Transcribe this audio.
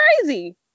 crazy